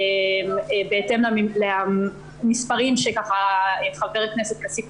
בהתאם למספרים שהציג חבר הכנסת כסיף.